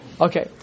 Okay